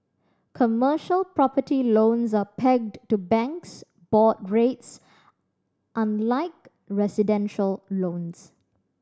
commercial property loans are pegged to banks' board rates unlike residential loans